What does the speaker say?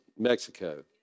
Mexico